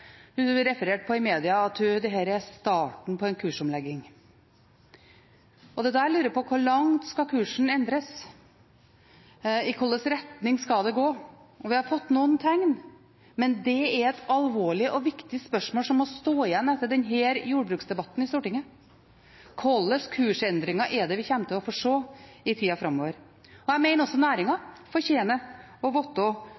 hun er referert på i media, at dette er starten på en kursomlegging. Det er da jeg lurer på: Hvor langt skal kursen endres? I hvilken retning skal det gå? Vi har fått noen tegn, men det er et alvorlig og viktig spørsmål som må stå igjen etter denne jordbruksdebatten i Stortinget: Hvilke kursendringer kommer vi til å få se i tida framover? Jeg mener at også